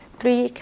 three